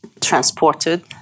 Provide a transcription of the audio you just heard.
transported